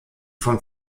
vom